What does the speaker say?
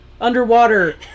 Underwater